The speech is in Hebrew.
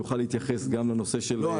והוא יוכל גם להתייחס לנושא --- לא,